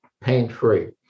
pain-free